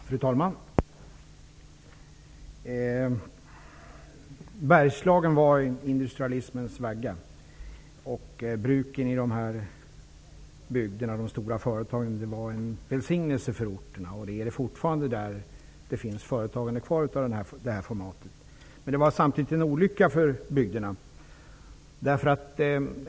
Fru talman! Bergslagen var industrialismens vagga, och bruken och de stora företagen i dessa bygder var en välsignelse för orterna -- de är det fortfarande, där företagande av det formatet finns kvar. Men det var samtidigt en olycka för bygderna.